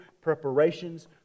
preparations